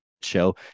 show